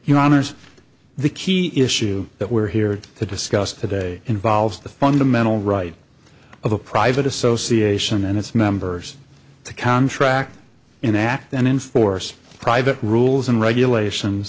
your honour's the key issue that we're here to discuss today involves the fundamental right of a private association and its members to contract enact and enforce private rules and regulations